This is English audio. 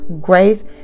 grace